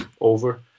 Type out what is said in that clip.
over